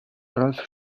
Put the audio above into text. ralf